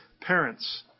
Parents